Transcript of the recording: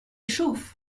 chauffe